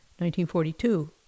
1942